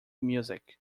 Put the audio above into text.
music